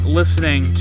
listening